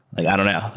i don't know.